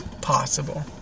Possible